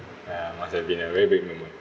ya must have been a very big rumour